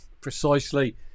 precisely